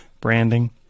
branding